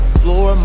floor